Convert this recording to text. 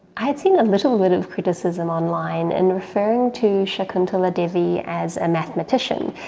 i've seen a little bit of criticism online in referring to shakuntala devi as a mathematician,